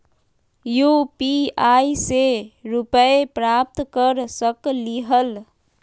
UPI से रुपए प्राप्त कर सकलीहल?